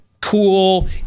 cool